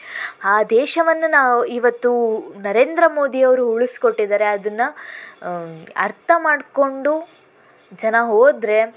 ಆ ದೇಶವನ್ನು ನಾವು ಇವತ್ತು ನರೇಂದ್ರ ಮೋದಿಯವರು ಉಳಸ್ಕೊಟ್ಟಿದಾರೆ ಅದನ್ನು ಅರ್ಥ ಮಾಡಿಕೊಂಡು ಜನ ಹೋದರೆ